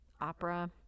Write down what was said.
opera